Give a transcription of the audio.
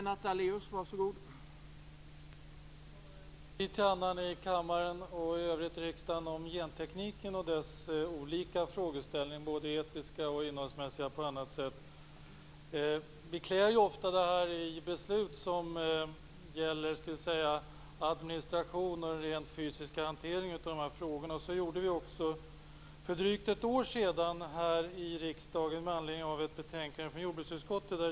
Herr talman! Vi talar i kammaren och i övrigt i riksdagen om gentekniken och dess olika frågeställningar, både etiska och innehållsmässiga. Vi fattar ofta beslut som gäller administration och den rent fysiska hanteringen av dessa frågor. Så gjorde vi också för drygt ett år sedan här i riksdagen med anledning av ett betänkande från jordbruksutskottet.